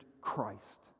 Christ